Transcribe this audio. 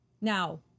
Now